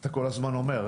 אתה כל הזמן אומר,